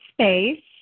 space